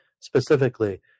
specifically